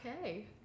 okay